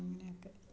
അങ്ങനെയൊക്കെ